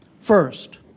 First